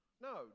No